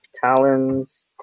talons